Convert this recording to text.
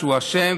שהוא אשם,